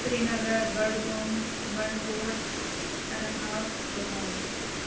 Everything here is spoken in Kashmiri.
سرینگر بَڈگوم بںٛڈٕپوٗر اننت ناگ پُلووم